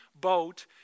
boat